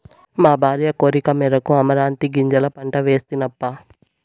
మా భార్య కోరికమేరకు అమరాంతీ గింజల పంట వేస్తినప్పా